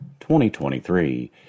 2023